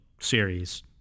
series